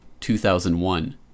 2001